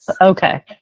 okay